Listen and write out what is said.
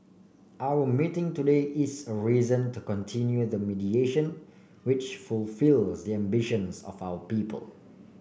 our meeting today is a reason to continue the mediation which fulfil the ambitions of our people